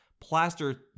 plaster